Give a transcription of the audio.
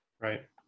Right